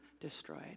destroyed